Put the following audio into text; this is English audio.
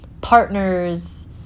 partners